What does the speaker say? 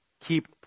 keep